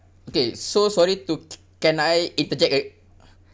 okay so sorry to c~ can I interject uh